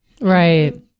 Right